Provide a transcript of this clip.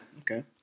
Okay